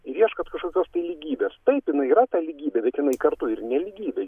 ir ieškot kažkokios tai lygybės taip jinai yra ta lygybė bet jinai kartu ir nelygybė